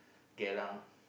Geylang